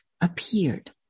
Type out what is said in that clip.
appeared